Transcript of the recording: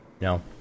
No